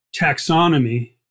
taxonomy